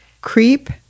Creep